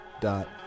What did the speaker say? dot